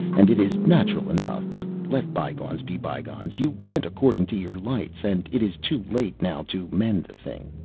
and it is natural enough but let bygones be bygones you went according to your lights, and it is too late now to mend the thing.